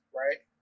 right